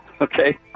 Okay